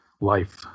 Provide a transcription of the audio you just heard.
life